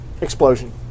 explosion